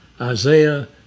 Isaiah